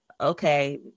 Okay